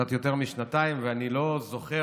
קצת יותר משנתיים, ואני לא זוכר